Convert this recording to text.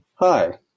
Hi